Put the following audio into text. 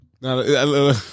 No